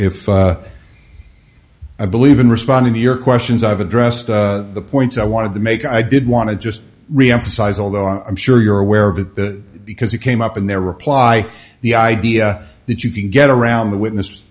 if i believe in responding to your questions i've addressed the points i wanted to make i did want to just reemphasize although i'm sure you're aware of it the because it came up in their reply the idea that you can get around the witness